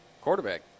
Quarterback